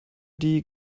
die